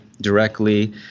directly